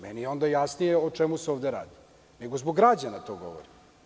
Meni je onda jasnije o čemu se ovde radi, nego zbog građana to govorim.